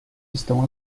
estão